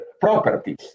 properties